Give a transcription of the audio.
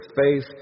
faith